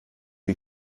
die